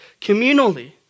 communally